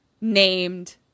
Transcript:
Named